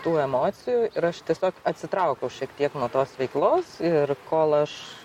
tų emocijų ir aš tiesiog atsitraukiau šiek tiek nuo tos veiklos ir kol aš